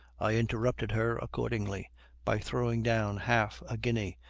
i interrupted her accordingly by throwing down half a guinea,